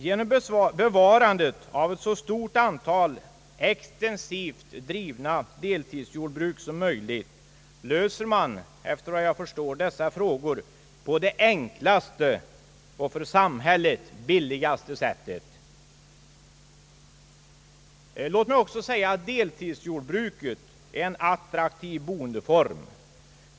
Genom bevarandet av ett så stort antal extensivt drivna deltidsjordbruk som möjligt löser man, efter vad jag förstår, dessa frågor på det enklaste och för samhället billigaste sättet. Låt mig också säga att deltidsjordbruket är en attraktiv boendeform!